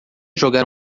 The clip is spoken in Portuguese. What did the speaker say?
jogar